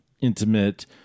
intimate